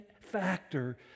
factor